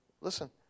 Listen